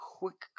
quick